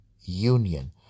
union